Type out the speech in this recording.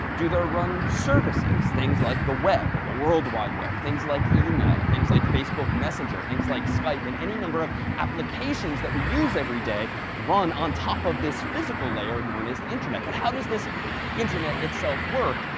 do there run services, things like the web or the world wide web. things like email. things like facebook messenger. things like skype. and any number of applications that we use every day run on top of this physical layer known as the internet. but how does this internet itself work?